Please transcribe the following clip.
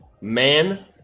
man